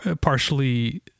partially